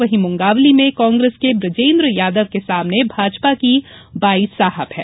वहीं मुंगावली में कांग्रेस के बूजेंद्र यादव के सामने भाजपा की बाई साहब हैं